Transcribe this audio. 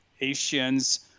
Asians